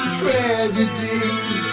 tragedy